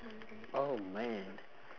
oh man